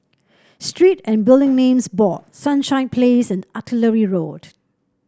Street and Building Names Board Sunshine Place and Artillery Road